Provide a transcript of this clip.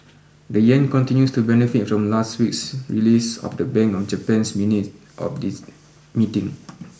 the yen continues to benefit from last weeks release of the Bank of Japan's minute of this meeting